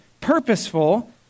purposeful